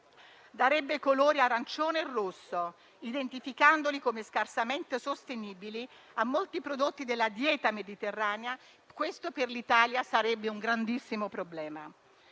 darebbe colori arancione e rosso, identificandoli come scarsamente sostenibili, a molti prodotti della dieta mediterranea. Questo per l'Italia sarebbe un grandissimo problema.